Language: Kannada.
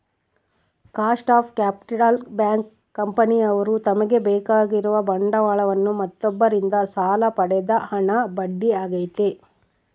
ಕಾಸ್ಟ್ ಆಫ್ ಕ್ಯಾಪಿಟಲ್ ಬ್ಯಾಂಕ್, ಕಂಪನಿಯವ್ರು ತಮಗೆ ಬೇಕಾಗಿರುವ ಬಂಡವಾಳವನ್ನು ಮತ್ತೊಬ್ಬರಿಂದ ಸಾಲ ಪಡೆದ ಹಣ ಬಡ್ಡಿ ಆಗೈತೆ